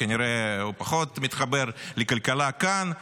כנראה הוא פחות מתחבר לכלכלה כאן.